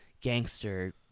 gangster